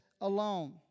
alone